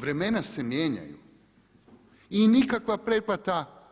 Vremena se mijenjaju i nikakva pretplata